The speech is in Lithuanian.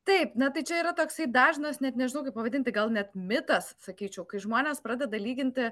taip na tai čia yra toksai dažnas net nežinau kaip pavadinti gal net mitas sakyčiau kai žmonės pradeda lyginti